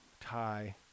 tie